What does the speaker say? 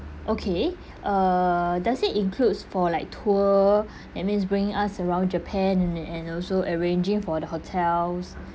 okay uh does it includes for like tour that means bring us around japan an~ and also arranging for the hotels